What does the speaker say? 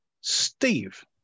Steve